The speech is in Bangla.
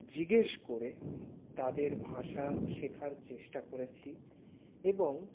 জিজ্ঞেস করে তাদের ভাষা শেখার চেষ্টা করেছি এবং